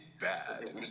bad